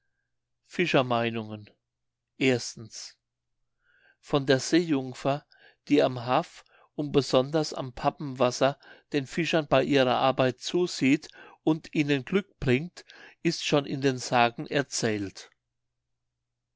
fischer meinungen von der seejungfer die am haff und besonders am papenwasser den fischern bei ihrer arbeit zusieht und ihnen glück bringt ist schon in den sagen erzählt